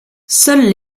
seules